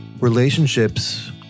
Relationships